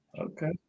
Okay